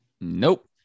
nope